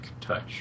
touch